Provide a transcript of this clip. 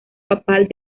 papal